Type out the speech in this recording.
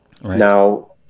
Now